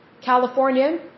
California